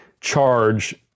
charge